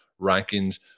rankings